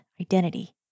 identity